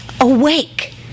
awake